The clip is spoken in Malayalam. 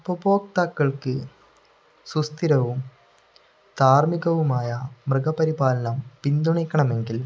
ഉപഭോക്താക്കൾക്ക് സുസ്ഥിരവും ധാർമ്മികവുമായ മൃഗപരിപാലനം പിന്തുണയ്ക്കണമെങ്കിൽ